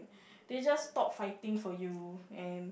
they just stop fighting for you and